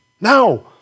Now